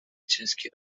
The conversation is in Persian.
چسکی